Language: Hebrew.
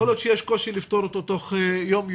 יכול להיות שיש קושי לפתור אותו תוך יום-יומיים.